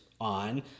on